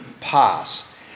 pass